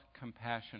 compassion